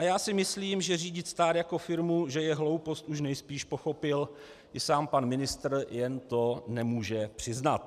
Já si myslím, že řídit stát jako firmu je hloupost, kterou už nejspíš pochopil i sám pan ministr, jen to nemůže přiznat.